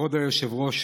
כבוד היושב-ראש,